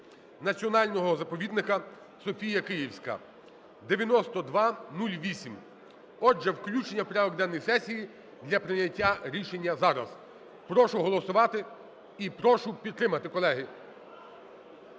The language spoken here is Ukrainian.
Національного заповідника "Софія Київська" (9208). Отже, включення в порядок денний сесії для прийняття рішення зараз. Прошу голосувати і прошу підтримати, колеги.